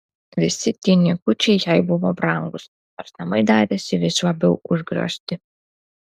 visi tie niekučiai jai buvo brangūs nors namai darėsi vis labiau užgriozti